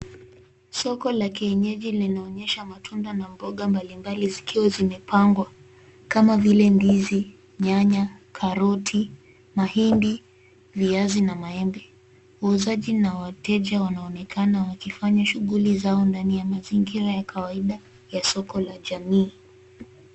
Soko la kienyeji linaonyesha matunda na mboga mbalimbali zikiwa zimepangwa kama vile ndizi, nyanya, karoti, mahindi, viazi na maembe. Wauzaji na wateja wanaonekana wakifanya shughuli zao ndani ya mazingira ya kawaida ya soko la jamii.